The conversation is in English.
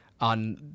on